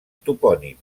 topònim